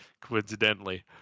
coincidentally